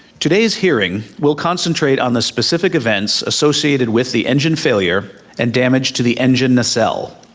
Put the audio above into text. today's hearing will concentrate on the specific events associated with the engine failure and damage to the engine nacelle.